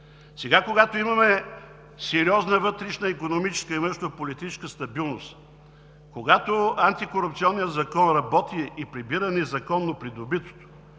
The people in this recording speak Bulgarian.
Сега, когато имаме сериозна вътрешна икономическа и външно-политическа стабилност, когато Антикорупционният закон работи и прибира незаконно придобитото,